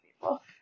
people